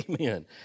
Amen